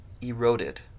eroded